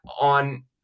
on